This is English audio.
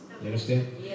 understand